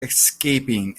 escaping